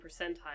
percentile